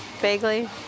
vaguely